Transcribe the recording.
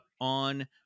on